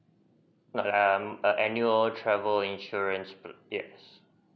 not um annual travel insurance yes